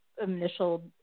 initial